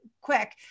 quick